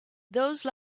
those